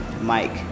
Mike